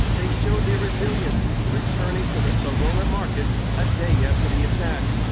they showed their resilience, returning to the saroma market a day after the attack.